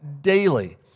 daily